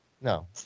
No